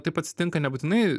taip atsitinka nebūtinai